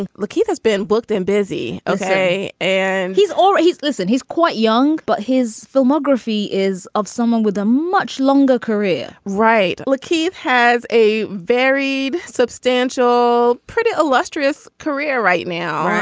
and keith has been booked and busy. okay and he's always listen he's quite young. but his filmography is of someone with a much longer career. right look keith has a very substantial pretty illustrious career right now.